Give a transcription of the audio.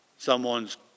someone's